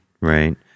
Right